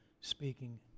speaking